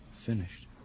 finished